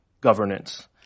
governance